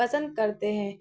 پسند کرتے ہیں